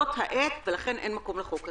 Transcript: זאת העת, ולכן אין מקום לחוק הזה.